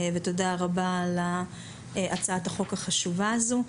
ותודה רבה על הצעת החוק החשובה הזו.